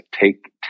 Take